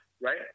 right